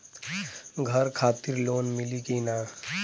घर खातिर लोन मिली कि ना?